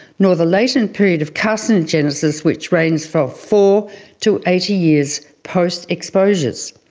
nor the latent period of carcinogenesis which reigns for four to eighty years post exposures.